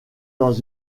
dans